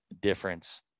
difference